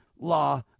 law